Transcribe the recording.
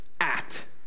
act